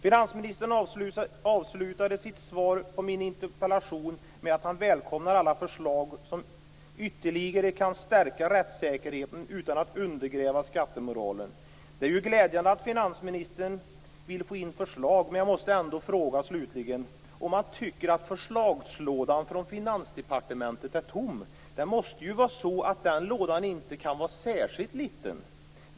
Finansministern avslutade sitt svar på min interpellation med att han välkomnar alla förslag som ytterligare kan stärka rättssäkerheten utan att undergräva skattemoralen. Det är ju glädjande att finansministern vill få in förslag, men jag måste ändå slutligen fråga om han tycker att förslagslådan på Finansdepartementet är tom. Den lådan kan ju inte vara särskilt liten.